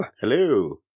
Hello